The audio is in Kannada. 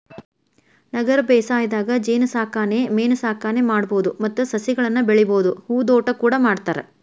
ನಗರ ಬೇಸಾಯದಾಗ ಜೇನಸಾಕಣೆ ಮೇನಸಾಕಣೆ ಮಾಡ್ಬಹುದು ಮತ್ತ ಸಸಿಗಳನ್ನ ಬೆಳಿಬಹುದು ಹೂದೋಟ ಕೂಡ ಮಾಡ್ತಾರ